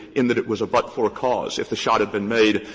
in that it was a but-for cause. if the shot had been made,